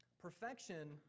Perfection